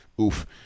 Oof